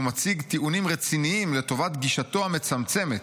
והוא מציג טיעונים רציניים לטובת גישתו המצמצמת,